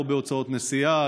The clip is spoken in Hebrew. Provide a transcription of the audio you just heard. פה בהוצאות נסיעה,